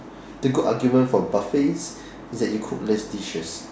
the good argument for buffets is that you cook less dishes